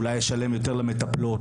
אולי לשלם יותר למטפלות,